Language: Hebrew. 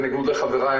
בניגוד לחבריי,